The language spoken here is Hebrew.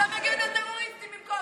תגיד את זה לטייסים,